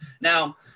Now